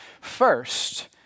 First